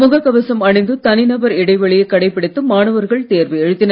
முகக் கவசம் அணிந்து தனிநபர் இடைவெளியை கடைபிடித்து மாணவர்கள் தேர்வு எழுதினர்